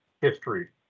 history